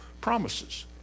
promises